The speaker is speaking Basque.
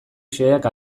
xeheak